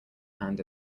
hand